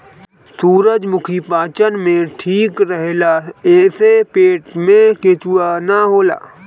सूरजमुखी पाचन में ठीक रहेला एसे पेट में केचुआ ना होला